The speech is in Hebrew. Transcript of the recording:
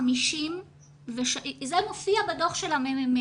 זה מופיע בדוח של הממ"מ.